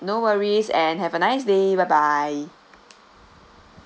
no worries and have a nice day bye bye